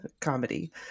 comedy